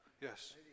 yes